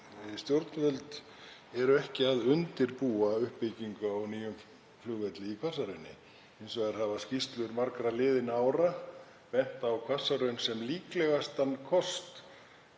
Stjórnvöld eru ekki að undirbúa uppbyggingu á nýjum flugvelli í Hvassahrauni. Hins vegar hafa skýrslur margra liðinna ára bent á Hvassahraun sem líklegastan kost,